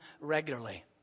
regularly